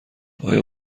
آیا